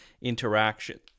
interaction